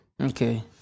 Okay